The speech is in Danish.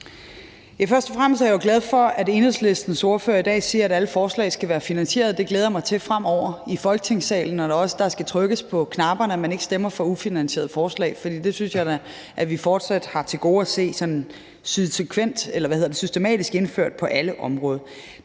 Først og fremmest er jeg jo glad for, at Enhedslistens ordfører i dag siger, at alle forslag skal være finansierede. Det glæder jeg mig til, når der også fremover skal trykkes på knapperne i Folketingssalen: at man ikke stemmer for ufinansierede forslag. For det synes jeg da at vi fortsat har til gode at se sådan systematisk og konsekvent indført på alle områder.